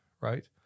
right